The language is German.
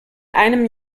einem